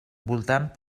voltant